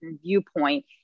viewpoint